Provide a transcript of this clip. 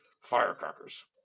Firecrackers